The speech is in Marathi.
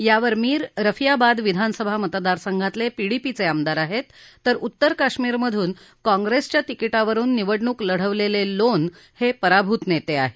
यावर मीर रफियाबाद विधानसभा मतदारसंघातले पीडीपीचे आमदार आहेत तर उत्तर कश्मीरमधून काँप्रेसच्या तिकीटावरुन निवडणूक लढवलेले लोन हे पराभूत नेते आहेत